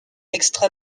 extra